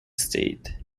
state